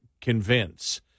convince